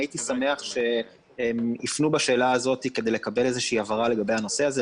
הייתי שמח שייפנו בשאלה הזאת כדי לקבל איזושהי הבהרה לגבי הנושא הזה,